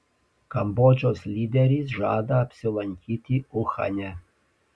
kambodžos lyderis žada apsilankyti uhane